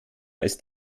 ist